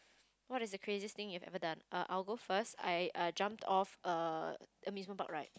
what is the craziest thing you have ever done err I will go first I err jumped off a amusement park ride